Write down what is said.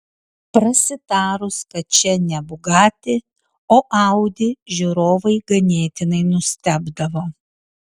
prasitarus kad čia ne bugatti o audi žiūrovai ganėtinai nustebdavo